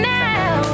now